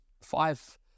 five